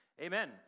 amen